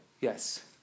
Yes